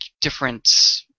different